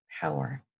power